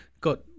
got